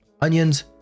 onions